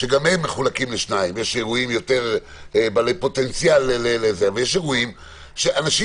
שגם הם מחולקים לשניים: יש אירועים בעלי פוטנציאל,